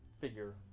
figure